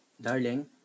Darling